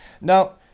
Now